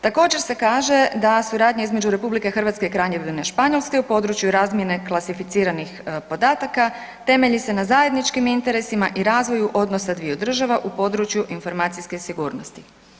Također se kaže da suradnja između RH i Kraljevine Španjolske u području razmjene klasificiranih podataka temelji se na zajedničkim interesima i razvoju odnosa dviju država u području informacijske sigurnosti.